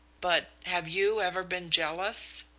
but have you ever been jealous?